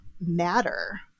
matter